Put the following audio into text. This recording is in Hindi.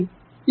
ठीक है